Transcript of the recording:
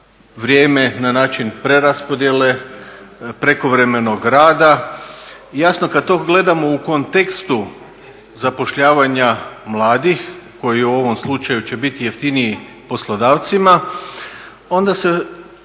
vrijeme na način preraspodjele prekovremenog rada. Jasno kad to gledamo u kontekstu zapošljavanja mladih koji u ovom slučaju će biti jeftiniji poslodavcima, onda se